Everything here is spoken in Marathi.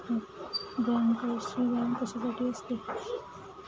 बँकर्सची बँक कशासाठी असते?